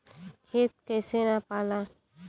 खेत कैसे नपाला?